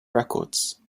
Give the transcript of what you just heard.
records